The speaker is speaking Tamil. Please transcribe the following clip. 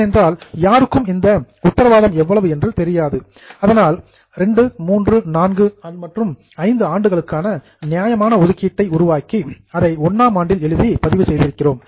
ஏனென்றால் யாருக்கும் இந்த கேரண்டி உத்தரவாதம் எவ்வளவு என்று தெரியாது ஆனால் 2 3 4 மற்றும் 5 ஆண்டுகளுக்கான நியாயமான ஒதுக்கீட்டை உருவாக்கி அதை 1 ஆம் ஆண்டில் எழுதி பதிவு செய்தோம்